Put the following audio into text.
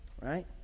right